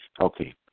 Okay